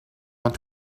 want